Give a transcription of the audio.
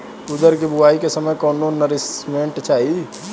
उरद के बुआई के समय कौन नौरिश्मेंट चाही?